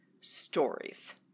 stories